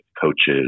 coaches